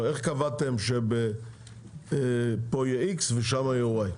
איך קבעתם שפה יהיה X ובמקום אחר Y?